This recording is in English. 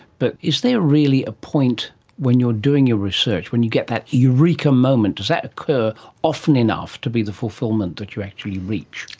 but is there really a point when you are doing your research, when you get that eureka moment, does that occur often enough to be the fulfilment that you actually reach?